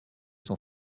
son